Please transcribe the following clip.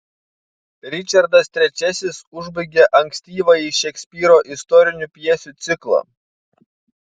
ričardas iii užbaigia ankstyvąjį šekspyro istorinių pjesių ciklą